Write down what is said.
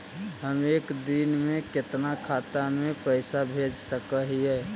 हम एक दिन में कितना खाता में पैसा भेज सक हिय?